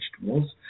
vegetables